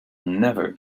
never